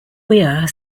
weir